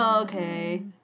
Okay